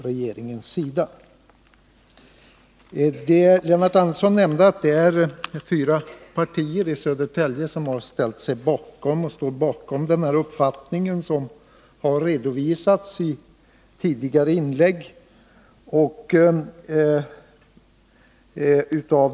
Lennart Andersson nämnde att fyra partier i Södertälje står bakom den uppfattning som har redovisats i tidigare inlägg.